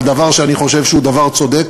על דבר שאני חושב שהוא דבר צודק.